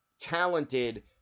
talented